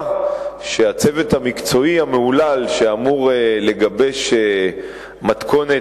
שהצוות המקצועי המהולל שאמור לגבש מתכונת